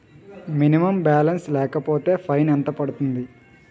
Minimum balance లేకపోతే fine ఎంత పడుతుంది?